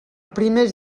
primers